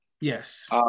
Yes